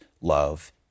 love